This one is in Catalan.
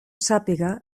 sàpiga